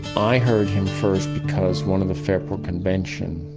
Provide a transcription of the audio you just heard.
i heard him first because one of the fairport convention